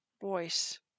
voice